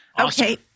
Okay